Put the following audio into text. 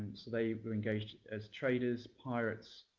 so they were engaged as traders, pirates,